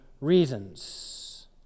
reasons